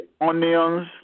onions